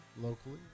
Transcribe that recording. locally